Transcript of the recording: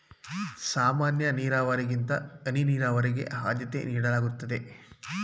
ಸಾಮಾನ್ಯ ನೀರಾವರಿಗಿಂತ ಹನಿ ನೀರಾವರಿಗೆ ಆದ್ಯತೆ ನೀಡಲಾಗುತ್ತದೆ